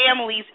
families